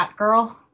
Batgirl